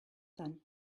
then